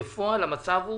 בפועל, המצב הוא